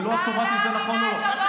ולא את קובעת אם זה נכון או לא.